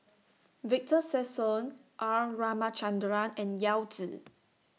Victor Sassoon R Ramachandran and Yao Zi